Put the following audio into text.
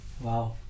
wow